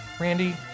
Randy